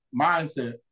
mindset